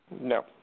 No